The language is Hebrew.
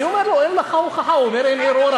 איפה האחריות